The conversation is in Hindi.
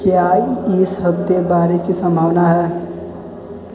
क्या इस हफ़्ते बारिश की सम्भावना है